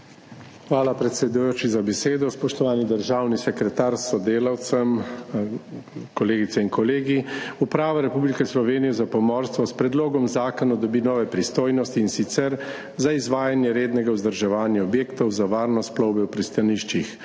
Hvala, predsedujoči, za besedo. Spoštovani državni sekretar s sodelavcem, kolegice in kolegi! Uprava Republike Slovenije za pomorstvo s predlogom zakona dobi nove pristojnosti, in sicer za izvajanje rednega vzdrževanja objektov za varnost plovbe v pristaniščih.